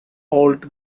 old